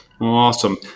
Awesome